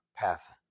pass